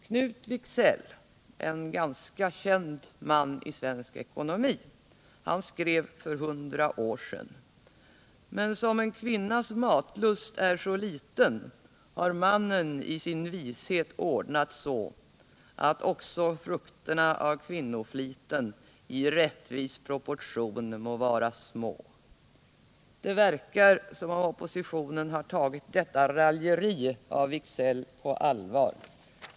Knut Wicksell, en ganska känd man i svensk ekonomi, skrev för hundra år sedan: ”Men som en kvinnas matlust är så liten Har mannen i sin vishet ordnat så Att också frukterna av kvinnofliten I rättvis proportion må vara små.” Det verkar som om oppositionen har tagit detta raljeri av Wicksell på allvar.